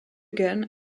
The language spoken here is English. gun